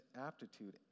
aptitude